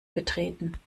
betreten